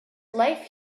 life